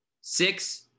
six